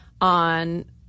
on